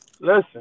Listen